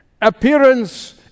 Appearance